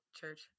church